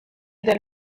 del